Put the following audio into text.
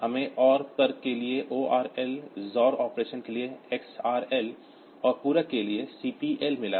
हमें OR तर्क के लिए ORL XOR ऑपरेशन के लिए XRL और पूरक के लिए CPL मिला है